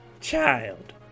Child